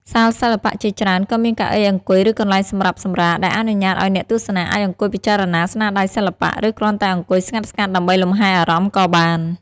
សាលសិល្បៈជាច្រើនក៏មានកៅអីអង្គុយ ឬកន្លែងសម្រាប់សម្រាក ដែលអនុញ្ញាតឲ្យអ្នកទស្សនាអាចអង្គុយពិចារណាស្នាដៃសិល្បៈ ឬគ្រាន់តែអង្គុយស្ងាត់ៗដើម្បីលំហែអារម្មណ៍ក៏បាន។